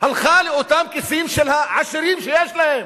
הלכה לאותם כיסים של העשירים, שיש להם,